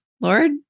Lord